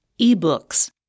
Ebooks